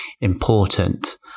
important